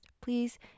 please